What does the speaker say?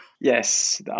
Yes